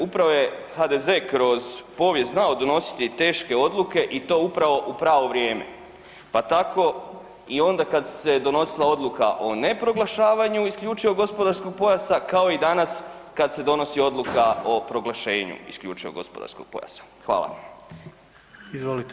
Upravo je HDZ kroz povijest znao donositi teške odluke i to upravo u pravo vrijeme pa tako i onda kad se donosila odluka o neproglašavanju isključivog gospodarskog pojasa, kao i danas kad se donosi odluka o proglašenju isključivog gospodarskog pojasa.